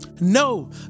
No